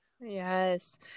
Yes